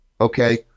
okay